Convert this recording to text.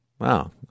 Wow